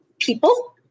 People